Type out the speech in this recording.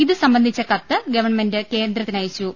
ഇതുസംബന്ധിച്ച കത്ത് ഗവൺമെന്റ് കേന്ദ്രത്തിനയച്ചു